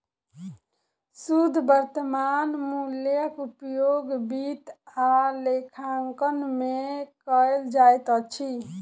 शुद्ध वर्त्तमान मूल्यक उपयोग वित्त आ लेखांकन में कयल जाइत अछि